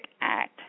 act